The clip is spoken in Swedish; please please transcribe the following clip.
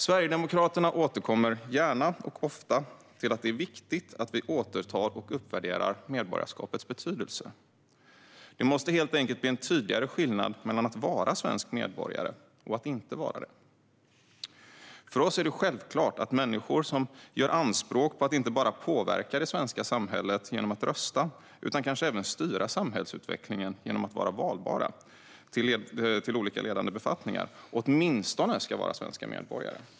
Sverigedemokraterna återkommer gärna och ofta till att det är viktigt att vi återtar och uppvärderar medborgarskapets betydelse. Det måste helt enkelt bli en tydligare skillnad mellan att vara svensk medborgare och att inte vara det. För oss är det självklart att människor som gör anspråk på att inte bara påverka det svenska samhället genom att rösta utan kanske även på att styra samhällsutvecklingen genom att vara valbara till olika ledande befattningar åtminstone ska vara svenska medborgare.